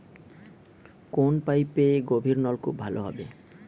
কোন পাইপে গভিরনলকুপ ভালো হবে?